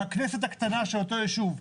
הכנסת הקטנה של אותו יישוב,